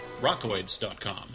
rockoids.com